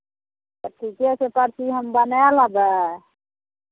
तऽ ठीके छै परची हम बनाए लेबै